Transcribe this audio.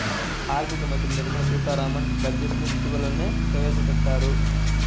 ఆర్ధిక మంత్రి నిర్మలా సీతారామన్ బడ్జెట్ ను ఇటీవలనే ప్రవేశపెట్టారు